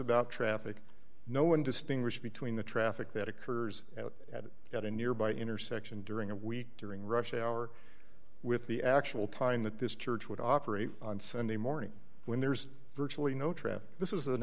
about traffic no one distinguish between the traffic that occurs at at at a nearby intersection during a week during rush hour with the actual time that this church would operate on sunday morning when there's virtually no traffic this is